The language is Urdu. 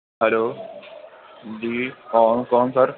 ہلو جی کون کون سر